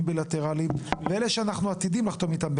בילטרליים ואלו שאנחנו עתידים לחתום איתם,